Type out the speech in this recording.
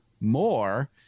more